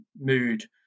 mood